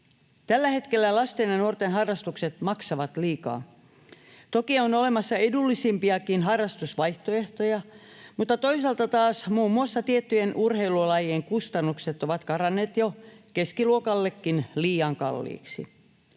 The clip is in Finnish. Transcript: Tällä hetkellä lasten ja nuorten harrastukset maksavat liikaa. Toki on olemassa edullisempiakin harrastusvaihtoehtoja, mutta toisaalta taas muun muassa tiettyjen urheilulajien kustannukset ovat karanneet jo keskiluokallekin liian kalliiksi.